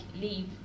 leave